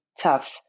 tough